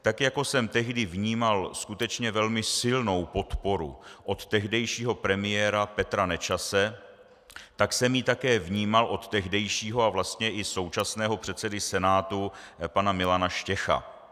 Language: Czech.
Tak jako jsem tehdy vnímal skutečně velmi silnou podporu od tehdejšího premiéra Petra Nečase, tak jsem ji také vnímal od tehdejšího a vlastně i současného předsedy Senátu pana Milana Štěcha.